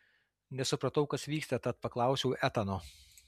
nesupratau kas vyksta tad paklausiau etano